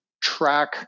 track